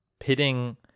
pitting